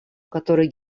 которые